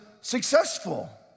successful